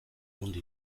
mundu